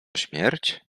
śmierć